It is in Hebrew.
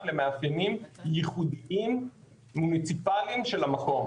למאפיינים ייחודיים מוניציפליים של המקום.